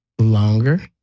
Longer